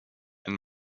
and